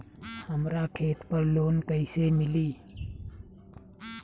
हमरा खेत पर लोन कैसे मिली?